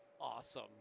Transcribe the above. awesome